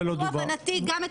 פה, הבנתי גם את